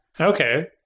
Okay